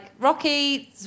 Rocky